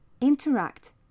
Interact